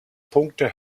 punkte